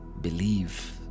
believe